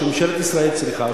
או שממשלת ישראל צריכה,